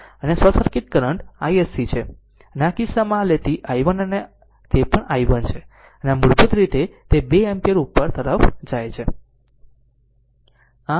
આમ આ short circuit current iSC છે અને આ કિસ્સામાં આ લેતી i1 અને તે i1 પણ છે આ મૂળભૂત રીતે તે 2 એમ્પીયર ઉપર તરફ જાય છે